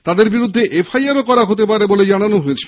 তাদের বিরুদ্ধে এফআইআরও করা হতে পারে বলে জানানো হয়েছে